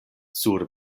sur